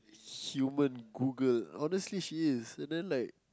human Google honestly she is and then like